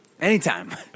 anytime